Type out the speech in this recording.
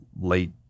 late